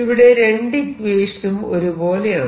ഇവിടെ രണ്ട് ഇക്വേഷനും ഒരേ പോലെ ആണ്